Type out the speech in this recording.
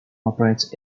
operates